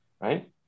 right